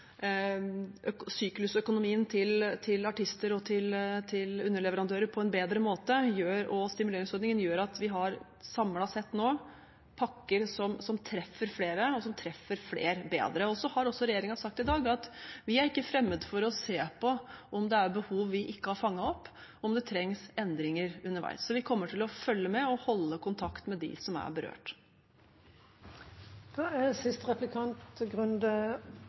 til artister og til underleverandører på en bedre måte, og stimuleringsordningen – gjør at vi samlet sett nå har pakker som treffer flere, og som treffer flere bedre. Regjeringen har sagt i dag at vi ikke er fremmed for å se på om det er behov vi ikke har fanget opp, og om det trengs endringer underveis. Vi kommer til å følge med og holde kontakt med dem som er